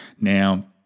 Now